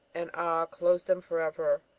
and ah! closed them for ever.